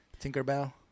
Tinkerbell